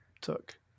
took